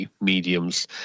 mediums